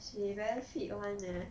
she very fit one ah